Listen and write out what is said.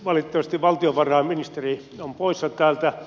valitettavasti valtiovarainministeri on poissa täältä